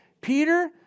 Peter